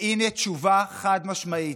והינה תשובה חד-משמעית: